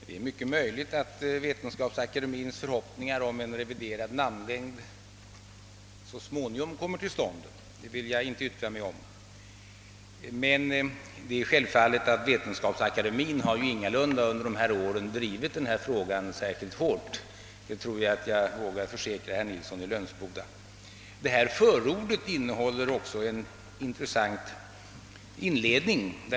Herr talman! Det är mycket möjligt att den revision av namnlängden, som Vetenskapsakademien uttalat förhoppningar om, så småningom kommer till stånd — det vill jag inte närmare yttra mig om. Men jag kan försäkra herr Nilsson i Lönsboda att Vetenskapsakademien under de gångna åren ingalunda drivit frågan särskilt hårt. Förordet till Roland Otterbjörks bok har en intressant inledning.